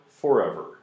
forever